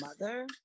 mother